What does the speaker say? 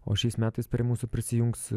o šiais metais prie mūsų prisijungs